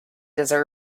didn’t